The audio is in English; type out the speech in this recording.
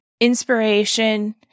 inspiration